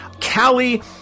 Callie